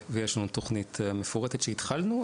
ויש לנו תוכנית מפורטת שהתחלנו,